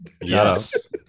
Yes